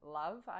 love